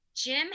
Jim